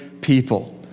people